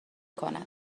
کند